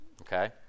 Okay